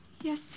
Yes